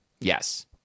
Yes